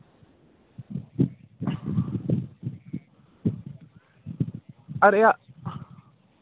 अरे आ